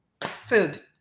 food